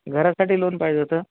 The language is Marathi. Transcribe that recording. घरासाठी लोन पाहिजे होतं